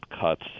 cuts